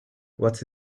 what